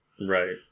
right